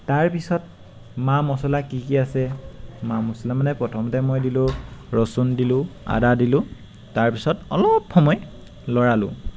তাৰ পাছত মা মছলা কি কি আছে মা মছলা মানে প্ৰথমতে মই দিলোঁ ৰচুন দিলোঁ আদা দিলোঁ তাৰ পাছত অলপ সময় লৰালোঁ